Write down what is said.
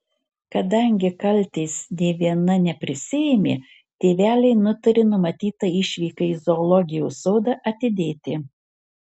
kadangi kaltės nė viena neprisiėmė tėveliai nutarė numatytą išvyką į zoologijos sodą atidėti